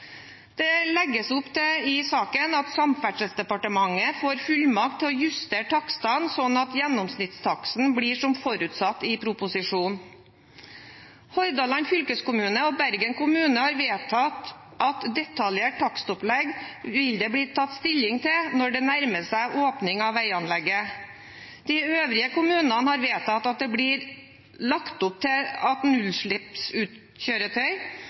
Det legges i saken opp til at Samferdselsdepartementet får fullmakt til å justere takster sånn at gjennomsnittstaksten blir som forutsatt i proposisjonen. Hordaland fylkeskommune og Bergen kommune har vedtatt at detaljert takstopplegg vil bli tatt stilling til når det nærmer seg åpning av veianlegget. De øvrige kommunene har vedtatt at det blir lagt opp til at